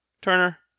Turner